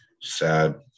sad